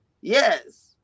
yes